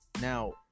Now